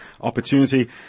opportunity